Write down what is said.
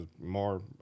more